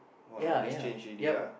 ya ya yep